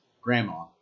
Grandma